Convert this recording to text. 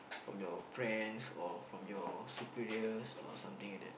from your friends or from your superiors or something like that